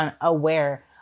aware